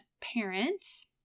parents